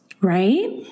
Right